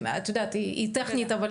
זאת נקודה שהיא טכנית אמנם,